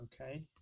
Okay